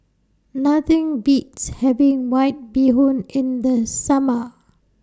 Nothing Beats having White Bee Hoon in The Summer